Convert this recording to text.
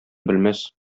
белмәс